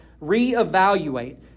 Re-evaluate